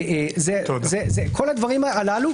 כל הדברים הללו,